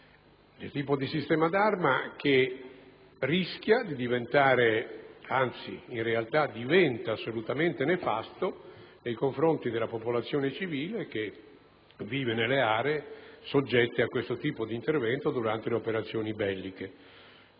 tipo di sistema d'arma, che però rischia di diventare, anzi in realtà diventa, assolutamente nefasto nei confronti della popolazione civile che vive nelle aree soggette a simili interventi durante le operazioni belliche.